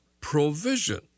provision